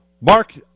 Mark